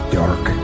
dark